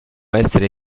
essere